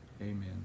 amen